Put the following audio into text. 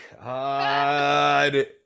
god